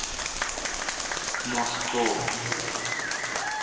Moscow